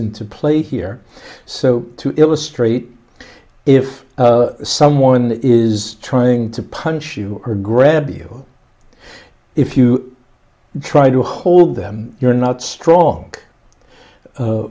into play here so to illustrate if someone is trying to punch you or grab you if you try to hold them you're not strong